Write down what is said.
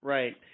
Right